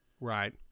Right